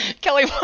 Kelly